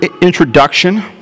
introduction